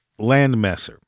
Landmesser